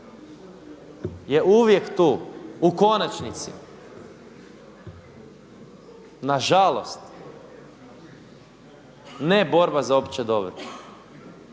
je uvijek tu u konačnici, nažalost, ne borba za opće dobro.